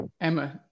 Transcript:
Emma